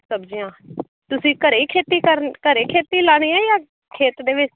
ਸਬਜ਼ੀਆਂ ਤੁਸੀਂ ਘਰ ਹੀ ਖੇਤੀ ਕਰਨ ਘਰ ਖੇਤੀ ਲਗਾਉਣੀ ਆ ਜਾਂ ਖੇਤ ਦੇ ਵਿੱਚ